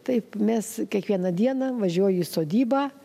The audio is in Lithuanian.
taip mes kiekvieną dieną važiuoju į sodybą